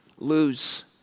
Lose